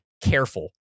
careful